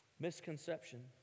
misconception